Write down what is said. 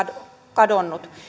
kadonnut